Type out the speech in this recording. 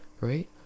right